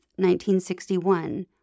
1961